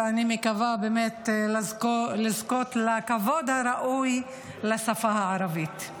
ואני מקווה באמת לזכות לכבוד הראוי לשפה הערבית.